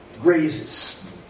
grazes